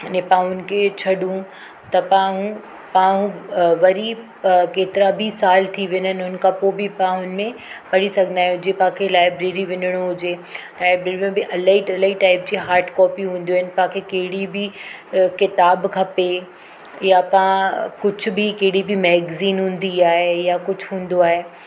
इन पाउनि खे छॾूं त पाऊं पाऊं अ वरी अ केतिरा बि साल थी वञनि हुनखां पोइ बि तव्हां हुनमें पढ़ी सघंदा आयो जे तव्हांखे लाइब्रेरी वञिणो हुजे ऐं बिल बि इलाही टलाइ टाइप जी हाड कॉपियूं हूंदियूं आहिनि तव्हांखे कहिड़ी बि अ क़िताबु खपे या तव्हां कुझु बि कहिड़ी बि मैगज़ीन हूंदी आहे या कुझु हूंदो आहे